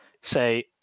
say